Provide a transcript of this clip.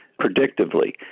predictively